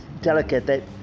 delicate